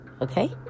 okay